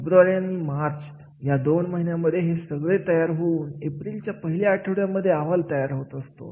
February आणि मार्च या दोन महिन्यांमध्ये हे सगळे तयार होऊन एप्रिलच्या पहिल्या आठवड्यामध्ये अहवाल तयार असतो